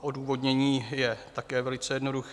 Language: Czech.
Odůvodnění je také velice jednoduché.